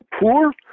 poor